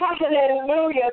Hallelujah